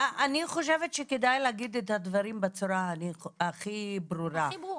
אני חושבת שצריך להגיד את הדברים בצורה הכי ברורה.